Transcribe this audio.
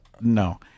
No